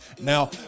Now